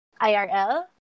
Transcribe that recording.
IRL